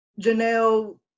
Janelle